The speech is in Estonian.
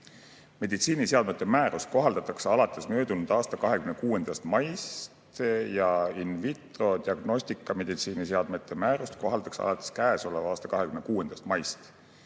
Meditsiiniseadmete määrust kohaldatakse alates möödunud aasta 26. maist jain vitrodiagnostikameditsiiniseadmete määrust kohaldatakse alates käesoleva aasta 26. maist.